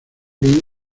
bien